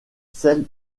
celle